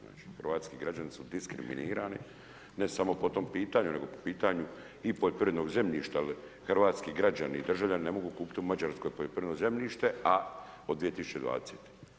Znači hrvatski građani su diskriminirani ne samo po tom pitanju, nego i po pitanju u poljoprivrednog zemljišta jer hrvatski građani, državljani ne mogu kupit u Mađarskoj poljoprivredno zemljište od 2020.